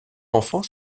enfants